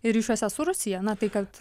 ir ryšiuose su rusija na tai kad